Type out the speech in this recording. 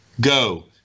go